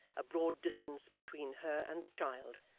a broad distance between her and the child,